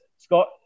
Scott